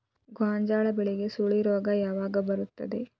ಗೋಂಜಾಳ ಬೆಳೆಗೆ ಸುಳಿ ರೋಗ ಯಾವಾಗ ಬರುತ್ತದೆ?